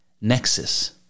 nexus